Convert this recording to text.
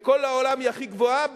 בכל העולם היא הכי גבוהה,